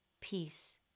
peace